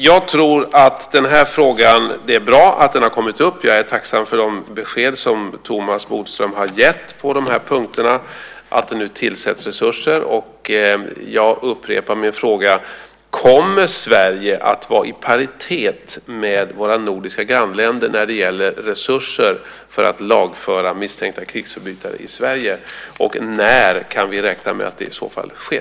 Jag tycker att det är bra att denna fråga har kommit upp. Jag är tacksam för de besked som Thomas Bodström har gett på de här punkterna, att det nu tillsätts resurser. Jag upprepar min fråga: Kommer Sverige att vara i paritet med våra nordiska grannländer när det gäller resurser för att lagföra misstänkta krigsförbrytare i Sverige, och när kan vi räkna med att detta i så fall sker?